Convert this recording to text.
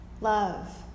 love